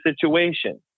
situation